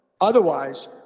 Otherwise